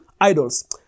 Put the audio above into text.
idols